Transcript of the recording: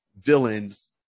villains